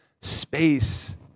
space